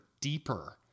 deeper